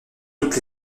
toutes